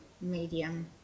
medium